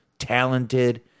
talented